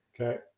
Okay